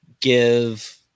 give